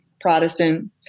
Protestant